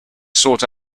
sort